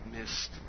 missed